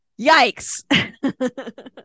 Yikes